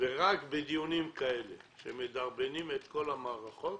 ורק בדיונים כאלה מדרבנים את כל המערכות,